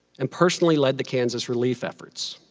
and personally led the kansas relief efforts.